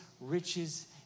riches